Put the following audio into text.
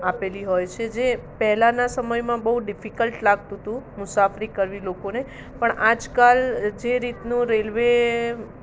આપેલી હોય છે જે પહેલાંના સમયમાં બહુ ડીફીકલ્ટ લાગતું હતું મુસાફરી કરવી લોકોને પણ આજકાલ જે રીતનું રેલવે